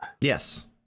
yes